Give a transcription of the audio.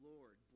Lord